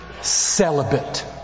celibate